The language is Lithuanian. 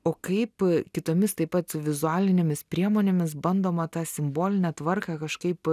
o kaip kitomis taip pat vizualinėmis priemonėmis bandoma tą simbolinę tvarką kažkaip